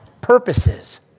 purposes